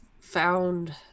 found